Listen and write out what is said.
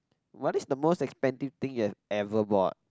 what is the most expensive thing you have ever bought